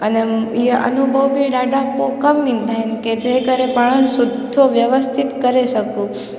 अने इहो अनुभव बि ॾाढा पोइ कमु ईंदा आहिनि कंहिं जै करे पाण सुठो व्यवस्थित करे सघो